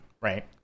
right